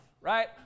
right